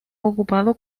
ocupado